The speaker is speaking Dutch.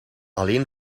alleen